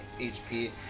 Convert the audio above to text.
HP